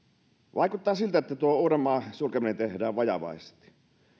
vaikuttaa siltä että tuo uudenmaan sulkeminen tehdään vajavaisesti